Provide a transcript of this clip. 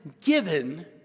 given